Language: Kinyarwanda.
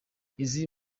izi